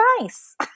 nice